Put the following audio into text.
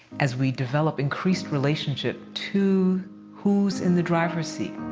as we develop increased relationship to who's in the driver's seat,